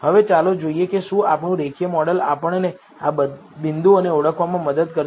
હવે ચાલો જોઈએ કે શું આપણું રેખીય મોડેલ આપણને આ બિંદુઓને ઓળખવામાં મદદ કરશે